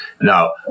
Now